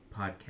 podcast